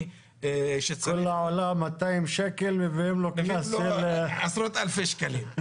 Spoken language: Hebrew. שצריך --- כולו עלה 200 שקל מביאים לו קנס של --- עשרות אלפי שקלים.